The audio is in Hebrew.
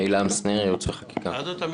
עילם שניר, ייעוץ וחקיקה.